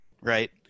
right